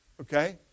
Okay